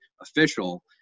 official